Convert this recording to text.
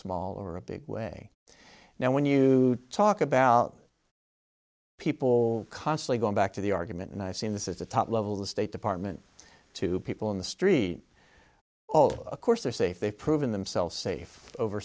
small or a big way now when you talk about people constantly go back to the argument and i see this is the top level the state department to people in the street oh of course they're safe they've proven themselves safe over